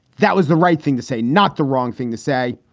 that was the right thing to say, not the wrong thing to say.